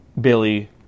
Billy